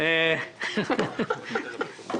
אדוני השר, אני מודה לך על הדיון הזה.